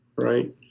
Right